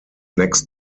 next